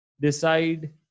decide